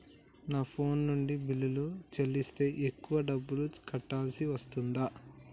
నా ఫోన్ నుండి బిల్లులు చెల్లిస్తే ఎక్కువ డబ్బులు కట్టాల్సి వస్తదా?